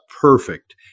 perfect